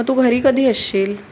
हा तू घरी कधी असशील